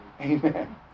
Amen